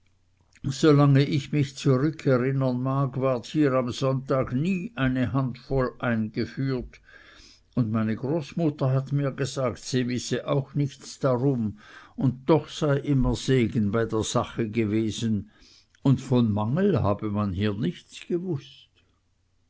lange ich mich zurückerinnern mag ward hier am sonntag nie eine handvoll eingeführt und meine großmutter hat mir gesagt sie wisse auch nichts darum und doch sei immer segen bei der sache gewesen und von mangel habe man hier nichts gewußt